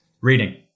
reading